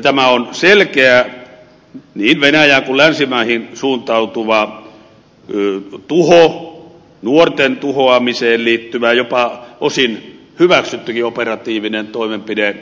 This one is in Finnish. tämä on selkeä niin venäjään kuin länsimaihin suuntautuva tuho nuorten tuhoamiseen liittyvä jopa osin hyväksyttykin operatiivinen toimenpide